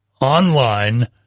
online